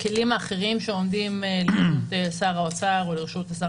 הכלים האחרים שעומדים לרשות שר האוצר או לרשות השר